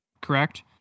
correct